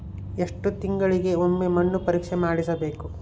ಎಷ್ಟು ತಿಂಗಳಿಗೆ ಒಮ್ಮೆ ಮಣ್ಣು ಪರೇಕ್ಷೆ ಮಾಡಿಸಬೇಕು?